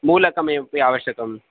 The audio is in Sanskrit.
मूलकमेपि आवश्यकम्